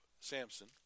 Samson